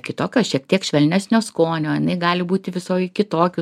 kitokios šiek tiek švelnesnio skonio jinai gali būti visoj kitokių